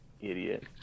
idiot